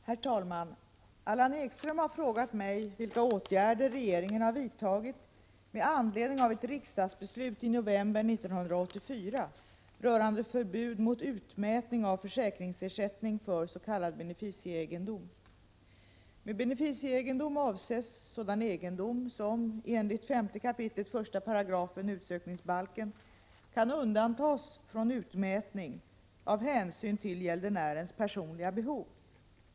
Herr talman! Allan Ekström har frågat mig vilka åtgärder regeringen har vidtagit med anledning av ett riksdagsbeslut i november 1984 rörande förbud mot utmätning av försäkringsersättning för s.k. beneficieegendom. Med beneficieegendom avses sådan egendom som enligt 5 kap. 1§ utsökningsbalken kan undantas från utmätning av hänsyn till gäldenärens personliga behov.